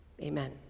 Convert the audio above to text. Amen